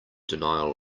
denial